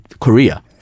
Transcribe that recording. Korea